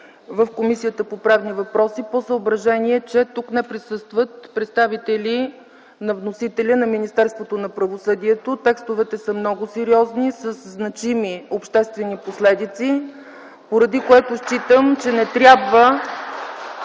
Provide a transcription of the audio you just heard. в Комисията по правни въпроси по съображение, че тук не присъстват представители на вносителя - Министерството на правосъдието. Текстовете са много сериозни, със значими обществени последици, поради което считам, че не трябва